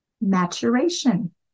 maturation